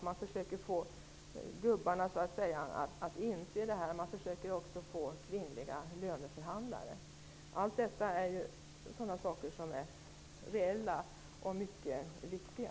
Man försöker få ''gubbarna'' att inse detta. Dessutom försöker man få kvinnliga löneförhandlare. Dessa reella saker är mycket viktiga.